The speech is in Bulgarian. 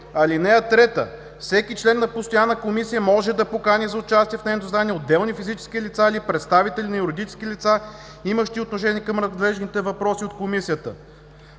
чл. 32: „(3) Всеки член на постоянна комисия може да покани за участие в нейно заседание отделни физически лица или представители на юридически лица, имащи отношение към разглежданите въпроси от комисията.“